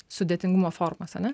sudėtingumo formos ane